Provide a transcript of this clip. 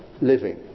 living